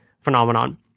phenomenon